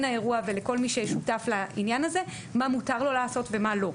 האירוע ולכול מי ששותף לעניין הזה מה מותר לו לעשות ומה לא.